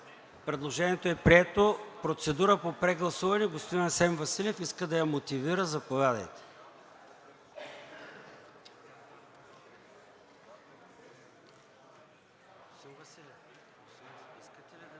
Предложението е прието. Процедура по прегласуване. Господин Асен Василев иска да я мотивира, заповядайте.